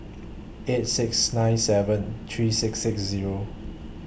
eight six nine seven three six six Zero